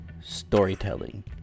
storytelling